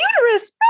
uterus